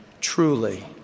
truly